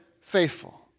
faithful